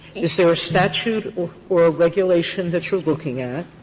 is there a statute or or a regulation that you're looking at,